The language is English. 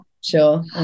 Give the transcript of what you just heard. sure